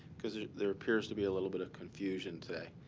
because there appears to be a little bit of confusion today.